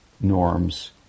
norms